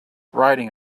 riding